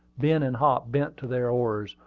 ben and hop bent to their oars,